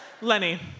Lenny